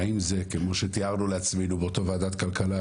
והאם זה כמו שתיארנו לעצמנו באותה ועדת כלכלה,